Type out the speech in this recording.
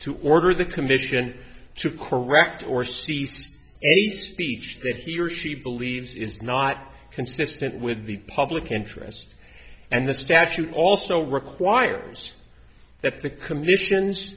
to order the commission to correct or cease a speech that he or she believes is not consistent with the public interest and the statute also requires that the commission